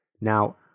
Now